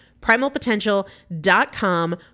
Primalpotential.com